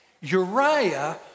Uriah